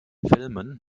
filmen